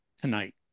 tonight